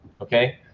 okay